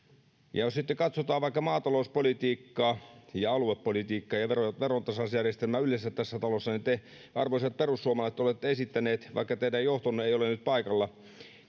jos sitten katsotaan vaikka maatalouspolitiikkaa ja aluepolitiikkaa ja verontasausjärjestelmää yleensä tässä talossa niin te arvoisat perussuomalaiset olette esittäneet vaikka teidän johtonne ei ole nyt paikalla